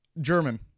German